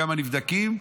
כמה נבדקים.